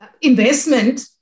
investment